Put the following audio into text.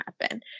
happen